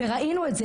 ראינו את זה,